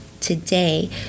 today